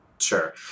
Sure